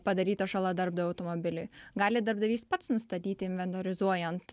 padaryta žala darbdavio automobiliui gali darbdavys pats nustatyti inventorizuojant